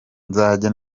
nzajya